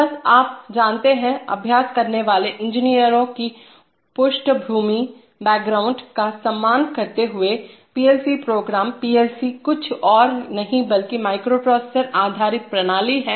तो बसआप जानते हैंअभ्यास करने वाले इंजीनियरों की पृष्ठभूमि बैकग्राउंड का सम्मान करते हुए पीएलसी प्रोग्राम पीएलसी कुछ और नहीं बल्कि माइक्रोप्रोसेसर आधारित प्रणाली हैं